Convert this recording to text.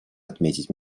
отметить